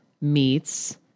meets